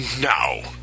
Now